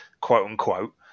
quote-unquote